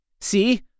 See